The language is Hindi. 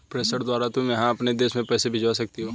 प्रेषण द्वारा तुम यहाँ से अपने देश में पैसे भिजवा सकती हो